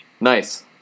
nice